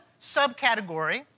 subcategory